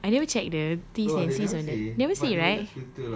I don't know I never check the things all that never say right